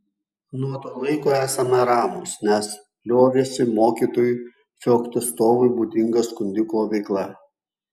nuo to laiko esame ramūs nes liovėsi mokytojui feoktistovui būdinga skundiko veikla